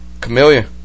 Chameleon